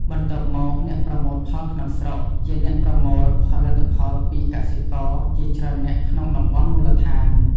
បន្ទាប់មក អ្នកប្រមូលផលក្នុងស្រុក ជាអ្នកប្រមូលផលិផលពីកសិករជាច្រើននាក់ក្នុងតំបន់មូលដ្ឋាន។